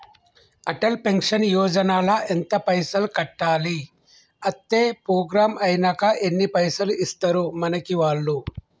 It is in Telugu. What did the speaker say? అటల్ పెన్షన్ యోజన ల ఎంత పైసల్ కట్టాలి? అత్తే ప్రోగ్రాం ఐనాక ఎన్ని పైసల్ ఇస్తరు మనకి వాళ్లు?